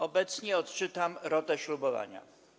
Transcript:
Obecnie odczytam rotę ślubowania.